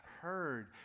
heard